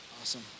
Awesome